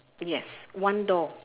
yes one door